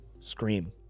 scream